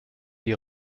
die